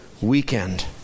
weekend